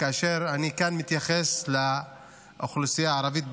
ואני כאן מתייחס לאוכלוסייה הערבית בנגב,